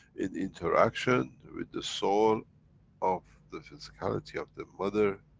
in interaction with the soul of the physicality of the mother,